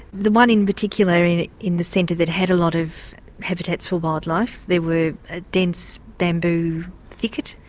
the one in particular in in the centre that had a lot of habitats for wildlife, there were dense bamboo thickets,